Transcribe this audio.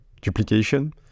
duplication